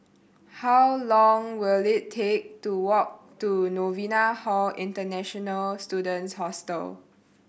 how long will it take to walk to Novena Hall International Students Hostel